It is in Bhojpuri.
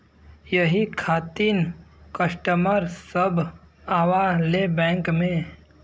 यही खातिन कस्टमर सब आवा ले बैंक मे?